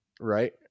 Right